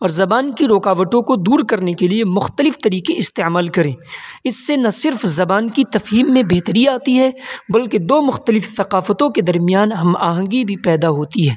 اور زبان کی رکاوٹوں کو دور کرنے کے لیے مختلف طریقے استعمال کریں اس سے نہ صرف زبان کی تفہیم میں بہتری آتی ہے بلکہ دو مختلف ثقافتوں کے درمیان ہم آہنگی بھی پیدا ہوتی ہے